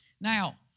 Now